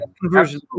conversion